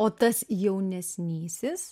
o tas jaunesnysis